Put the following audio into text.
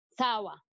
sawa